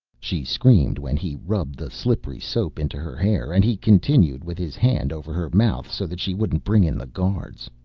she screamed when he rubbed the slippery soap into her hair, and he continued with his hand over her mouth so that she wouldn't bring in the guards.